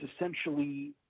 essentially